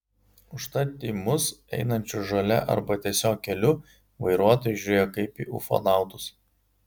užtat į mus einančius žole arba tiesiog keliu vairuotojai žiūrėjo kaip į ufonautus